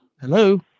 Hello